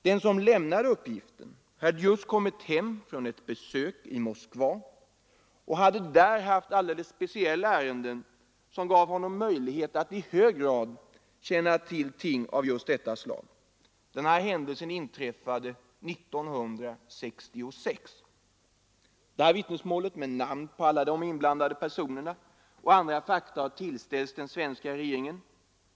Den som lämnade uppgiften hade just kommit hem från ett besök i Moskva och hade där haft alldeles speciella ärenden som gav honom möjlighet att i hög grad känna till ting av detta slag. — Den här händelsen inträffade 1966. Detta vittnesmål, med namn på alla de inblandade personerna och andra fakta, har tillställts den svenska regeringen.